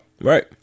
right